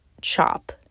chop